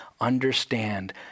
understand